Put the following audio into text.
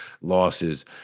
losses